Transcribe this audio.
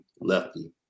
Lefty